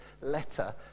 letter